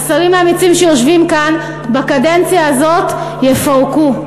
בקדנציה הזאת יפרקו.